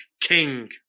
king